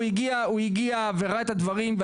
הוא הגיע וראה את הדברים.